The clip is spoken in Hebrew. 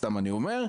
סתם אני אומר,